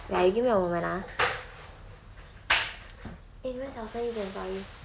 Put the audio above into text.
wait ah you give me a moment ah eh where's your